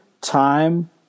time